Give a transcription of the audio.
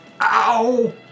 Ow